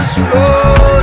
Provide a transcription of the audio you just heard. slow